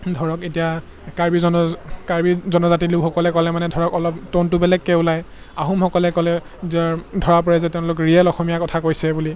ধৰক এতিয়া কাৰ্বি জন কাৰ্বি জনজাতি লোকসকলে ক'লে মানে ধৰক অলপ ট'নটো বেলেগকৈ ওলায় আহোমসকলে ক'লে ধৰা পৰে যে তেওঁলোক ৰিয়েল অসমীয়া কথা কৈছে বুলি